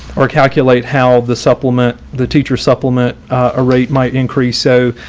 or calculate how the supplement the teacher supplement ah rate might increase so,